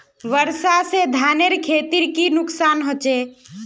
वर्षा से धानेर खेतीर की नुकसान होचे?